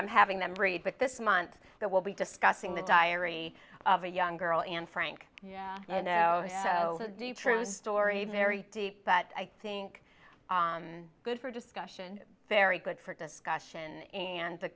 i'm having them read but this month it will be discussing the diary of a young girl and frank yeah so the true story very deep that i think good for discussion very good for discussion and the